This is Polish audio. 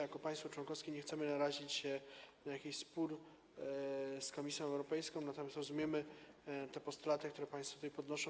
Jako państwo członkowskie nie chcemy narazić się na jakiś spór z Komisją Europejską, natomiast rozumiemy te postulaty, które państwo tutaj podnoszą.